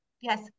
yes